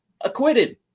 acquitted